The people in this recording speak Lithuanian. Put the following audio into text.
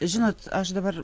žinot aš dabar